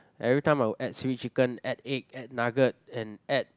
every time I will add seaweed chicken add egg add nugget and add